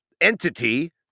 entity